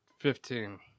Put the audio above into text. Fifteen